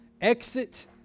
exit